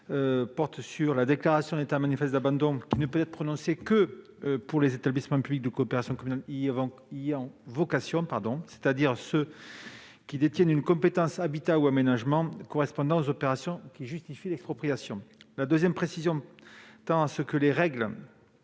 préciser que la déclaration d'état d'abandon manifeste ne peut être prononcée que pour les établissements publics de coopération intercommunale « y ayant vocation », c'est-à-dire ceux qui détiennent une compétence habitat ou aménagement correspondant aux opérations justifiant l'expropriation. D'autre part, il tend à ce que les règles